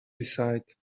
decide